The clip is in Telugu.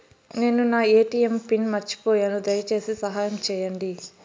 నేను నా ఎ.టి.ఎం పిన్ను మర్చిపోయాను, దయచేసి సహాయం చేయండి